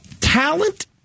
talent